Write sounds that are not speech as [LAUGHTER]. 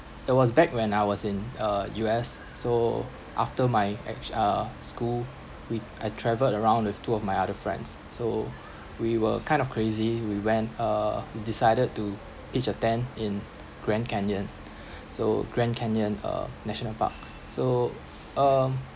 it was back when I was in uh U_S so after my edge uh school we I travelled around with two of my other friends so we were kind of crazy we went uh we decided to pitch a tent in grand canyon [BREATH] so grand canyon uh national park so um